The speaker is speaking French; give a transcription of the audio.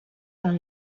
dans